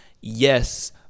Yes